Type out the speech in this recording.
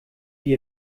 wie